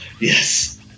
Yes